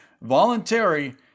voluntary